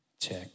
Check